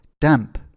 damp